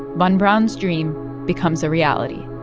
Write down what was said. von braun's dream becomes a reality,